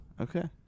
Okay